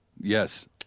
Yes